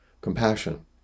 compassion